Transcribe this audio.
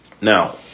Now